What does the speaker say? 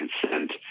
consent